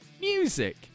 music